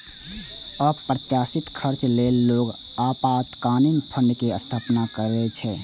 अप्रत्याशित खर्च लेल लोग आपातकालीन फंड के स्थापना करै छै